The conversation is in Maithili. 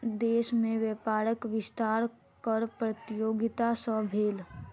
देश में व्यापारक विस्तार कर प्रतियोगिता सॅ भेल